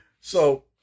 So-